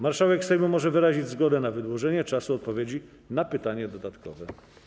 Marszałek Sejmu może wyrazić zgodę na wydłużenie czasu odpowiedzi na pytanie dodatkowe.